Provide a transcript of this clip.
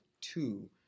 two